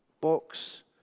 Box